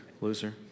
loser